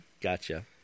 Gotcha